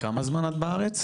כמה זמן את בארץ?